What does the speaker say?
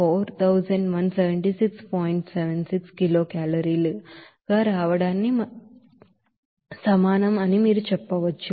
76 కిలోకేలరీలుగా రావడానికి సమానం అని మీరు చెప్పవచ్చు